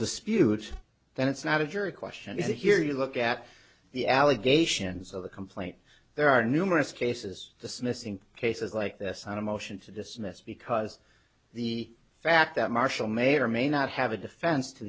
dispute then it's not a jury question is it here you look at the allegations of the complaint there are numerous cases the missing cases like this on a motion to dismiss because the fact that marshall may or may not have a defense to